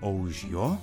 o už jo